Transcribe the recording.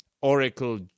Oracle